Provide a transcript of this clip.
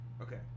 Okay